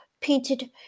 painted